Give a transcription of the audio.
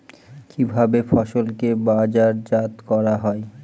কিভাবে ফসলকে বাজারজাত করা হয়?